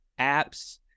apps